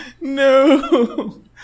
No